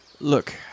Look